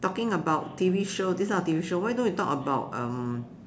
talking about T_V show this type of T_V show why don't we talk about um